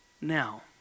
now